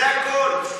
זה הכול.